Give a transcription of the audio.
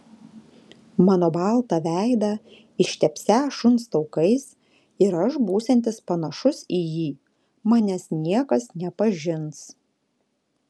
mano baltą veidą ištepsią šuns taukais ir aš būsiantis panašus į jį manęs niekas nepažins